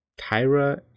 Tyra